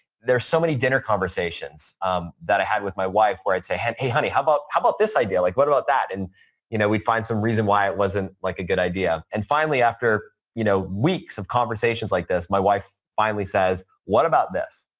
there's so many dinner conversations um that i had with my wife, where i'd say, hey, honey, how about how about this idea? like, what about that? and you know we'd find some reason why it wasn't like a good idea. and finally, after you know weeks of conversations like this, my wife finally says, what about this?